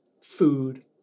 food